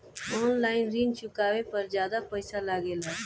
आन line ऋण चुकावे पर ज्यादा पईसा लगेला?